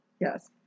Yes